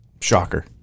Shocker